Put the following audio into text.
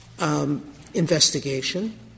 investigation